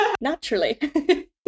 Naturally